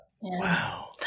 Wow